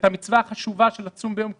את המצווה החשובה של צום ביום כיפור?